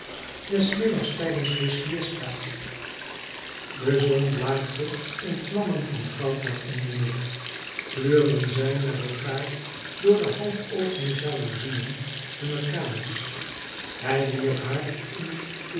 des middags tijdens de siesta de zon blaakte in vlammen van goud naar omneer gluurden zij naar elkaar door de half opene jalouzieen hunner kamers hij wierp haar een